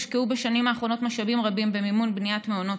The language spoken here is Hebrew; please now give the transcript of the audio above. בשנים האחרונות הושקעו משאבים רבים במימון בניית מעונות